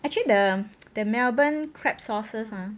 actually the the melbourne crab sauces ah